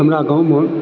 हमरा गॉंवमे